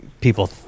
people